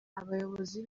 abayobozi